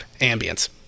ambience